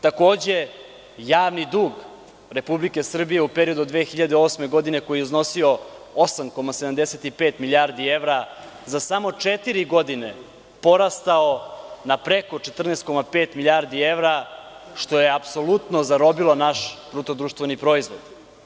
Takođe, javni dug Republike Srbije u periodu od 2008. godine, koji je iznosio 8,75 milijardi evra, za samo četiri godine porastao je na preko 14,5 milijardi evra, što je apsolutno zarobilo naš BDP.